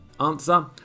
Answer